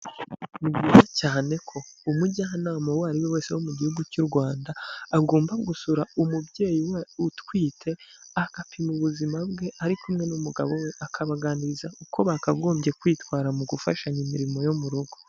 Ni byiza cyane ko umujyanama uwo ariwe wese wo mu gihugu cy'u Rwanda, agomba gusura umubyeyi utwite agapima ubuzima bwe ari kumwe n'umugabo we, akabaganiriza uko bakagombye kwitwara mu gufashanya imirimo yo mu rugo.